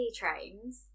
trains